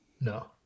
No